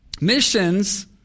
Missions